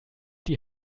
die